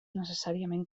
necessàriament